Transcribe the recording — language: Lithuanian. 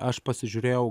aš pasižiūrėjau